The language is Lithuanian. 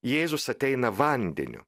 jėzus ateina vandeniu